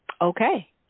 Okay